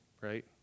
right